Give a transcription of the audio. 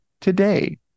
today